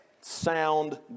sound